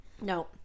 No